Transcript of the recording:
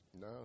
No